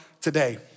today